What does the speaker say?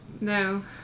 no